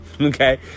Okay